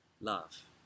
Love